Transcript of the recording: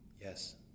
Yes